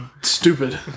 stupid